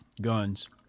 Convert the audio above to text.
Guns